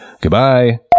Goodbye